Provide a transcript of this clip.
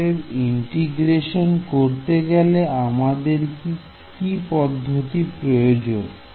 অতএব ইন্টিগ্রেশন করতে গেলে আমাদের কি পদ্ধতি প্রয়োজন